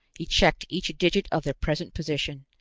he checked each digit of their present position,